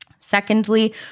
Secondly